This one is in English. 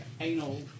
anal